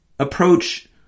approach